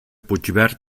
puigverd